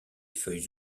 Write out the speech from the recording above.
feuilles